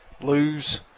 lose